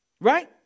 Right